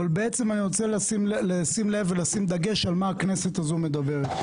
אבל בעצם אני רוצה לשים לב ולשים דגש על מה הכנסת הזו מדברת.